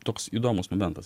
toks įdomus momentas